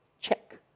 check